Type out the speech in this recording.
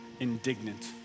Indignant